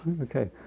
Okay